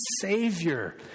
Savior